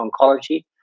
oncology